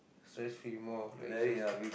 stress free more of like stress free